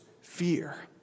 fear